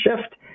shift